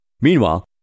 Meanwhile